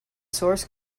source